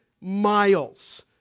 miles